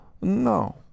No